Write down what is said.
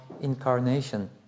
incarnation